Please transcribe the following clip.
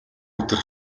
өдөр